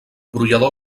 brollador